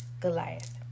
Goliath